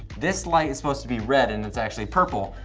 this light is supposed to be red and it's actually purple.